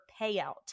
payout